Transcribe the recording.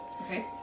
Okay